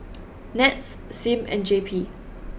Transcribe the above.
Nets Sim and J P